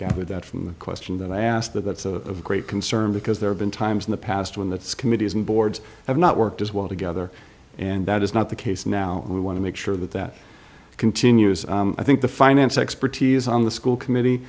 gathered that from the question that i asked that that's of great concern because there have been times in the past when that's committees and boards have not worked as well together and that is not the case now we want to make sure that that continues i think the finance expertise on the school committee